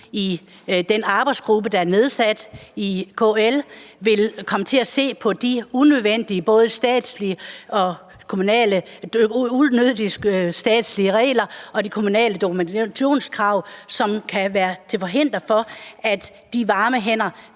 i den arbejdsgruppe, der er nedsat i KL, vil komme til at se på både de unødige statslige regler og de kommunale dokumentationskrav, som kan være til hinder for, at de varme hænder